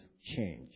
change